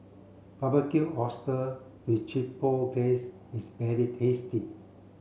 Barbecued Oyster with Chipotle Glaze is very tasty